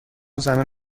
زمین